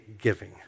giving